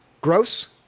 Gross